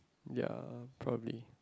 ya probably